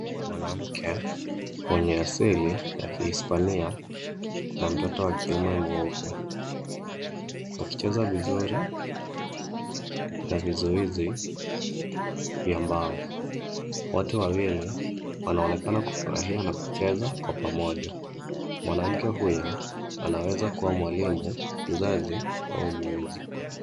Mwanamke mwenye asili ya kihispania na mtoto wa kiume mweupe wakicheza vizuri na vizuizi ya mbao. Wote wawili wanaonekana kufurahia na kucheza kwa pamoja. Mwanamke huyu anaweza kuwa mwalimu, mzazi au mlezi.